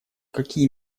какие